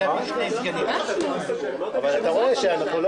הסכמות שלי לא יהיו איך שאתה רוצה.